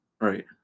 Right